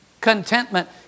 Contentment